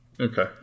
Okay